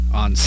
on